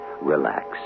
Relax